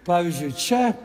pavyzdžiui čia